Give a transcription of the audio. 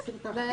בסדר.